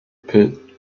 pit